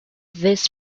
this